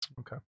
Okay